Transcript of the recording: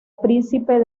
príncipe